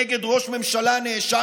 ובתפארת הזו שאנחנו נמצאים